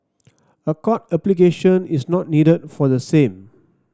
a court application is not needed for the same